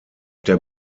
der